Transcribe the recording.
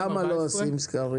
למה לא עושים סקרים?